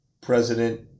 president